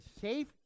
Safe